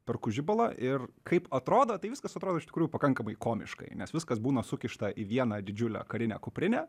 perku žibalą ir kaip atrodo tai viskas atrodo iš tikrųjų pakankamai komiškai nes viskas būna sukišta į vieną didžiulę karinę kuprinę